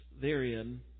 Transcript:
therein